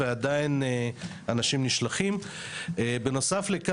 חבר הכנסת ליברמן.